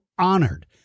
Honored